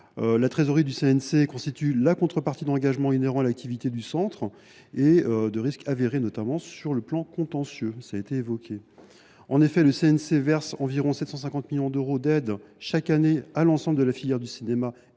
La trésorerie du CNC constitue la contrepartie d’engagements inhérents à son activité, ainsi que de risques avérés, notamment sur le plan contentieux. En effet, le CNC verse environ 750 millions d’euros d’aides chaque année à l’ensemble de la filière du cinéma